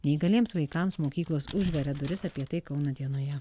neįgaliems vaikams mokyklos užveria duris apie tai kauno dienoje